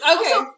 Okay